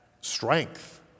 strength